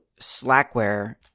Slackware